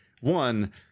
One